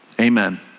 Amen